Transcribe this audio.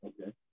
Okay